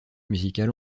musicale